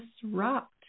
disrupt